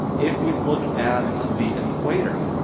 if we look at the equator,